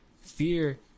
fear